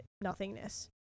nothingness